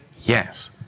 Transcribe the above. Yes